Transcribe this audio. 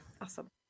Awesome